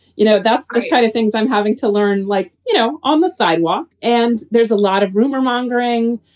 you know, that's the kind of things i'm having to learn, like, you know, on the sidewalk. and there's a lot of rumor mongering.